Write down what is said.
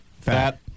Fat